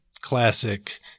classic –